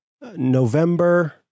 November